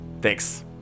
thanks